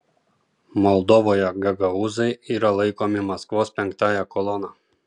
moldovoje gagaūzai yra laikomi maskvos penktąja kolona